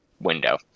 window